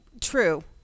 true